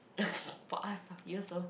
for us ah for you also